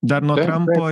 dar nuo trampo